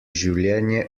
življenje